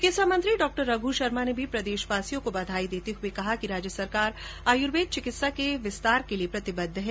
चिकित्सा मंत्री डॉ रघु शर्मा ने भी प्रदेशवासियों को बधाई देते हुए कहा कि राज्य सरकार आयुर्वेद चिकित्सा के विस्तार के लिए प्रतिबद्ध है